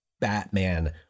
Batman